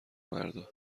مردا